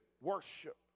worship